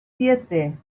siete